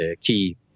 key